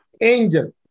angel